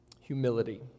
Humility